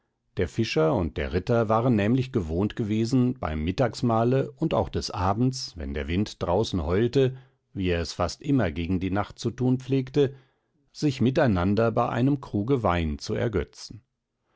der fischer und der ritter waren nämlich gewohnt gewesen beim mittagsmahle und auch des abends wenn der wind draußen heulte wie er es fast immer gegen die nacht zu tun pflegte sich miteinander bei einem kruge wein zu ergötzen